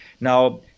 Now